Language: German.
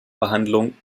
verhandlung